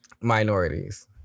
minorities